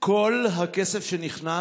כל הכסף שנכנס